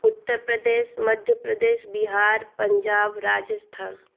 Uttar Pradesh Madhya Pradesh Bihar Punjab Rajasthan